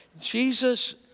Jesus